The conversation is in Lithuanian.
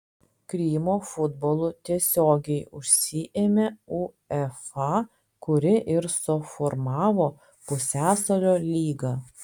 krymo futbolu tiesiogiai užsiėmė uefa kuri ir suformavo pusiasalio lygą